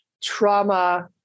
trauma